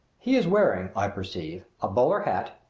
he is wearing, i perceive, a bowler hat,